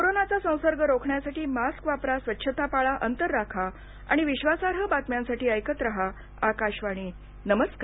कोरोनाचा संसर्ग रोखण्यासाठी मास्क वापरा स्वच्छता पाळा अंतर राखा आणि विश्वासार्ह बातम्यांसाठी ऐकत रहा आकाशवाणी नमस्कार